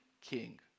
king